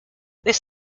this